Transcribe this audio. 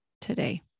today